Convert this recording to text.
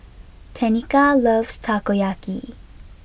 Tenika loves Takoyaki